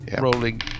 rolling